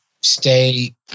stay